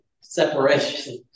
separation